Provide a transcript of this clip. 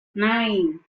nine